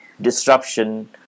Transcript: disruption